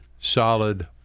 solid